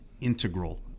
integral